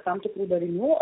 tam tikrų dalinių